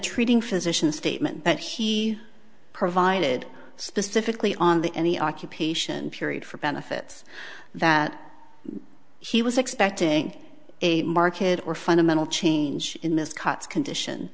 treating physician statement that she provided specifically on the end the occupation period for benefits that she was expecting a market or fundamental change in this cuts condition